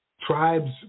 tribes